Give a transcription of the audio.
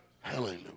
Hallelujah